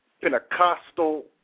Pentecostal